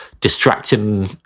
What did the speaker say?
distracting